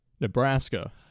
Nebraska